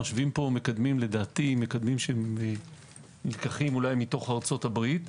משווים פה מקדמים שנלקחים אולי מתוך ארצות הברית.